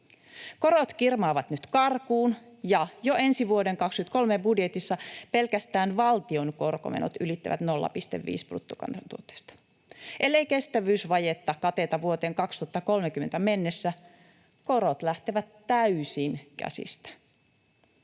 Korot kirmaavat nyt karkuun, ja jo ensi vuoden, 2023, budjetissa pelkästään valtion korkomenot ylittävät 0,5 prosenttia bruttokansantuotteesta. Ellei kestävyysvajetta kateta vuoteen 2030 mennessä, korot lähtevät täysin käsistä.